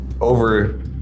over